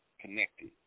connected